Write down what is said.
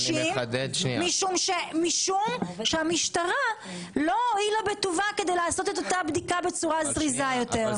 משום שהמשטרה לא הואילה בטובה לעשות את הבדיקה בצורה זריזה יותר.